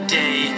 day